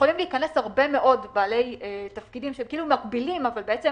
יכולים להיכנס הרבה מאוד בעלי תפקידים שהם כאילו מקבילים אבל בעצם